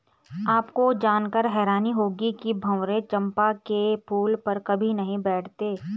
आपको जानकर हैरानी होगी कि भंवरे चंपा के फूल पर कभी नहीं बैठते